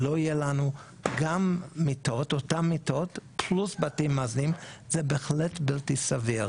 שלא יהיה לנו גם אותן מיטות פלוס בתים מאזנים זה בהחלט בלתי סביר.